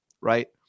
right